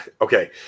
okay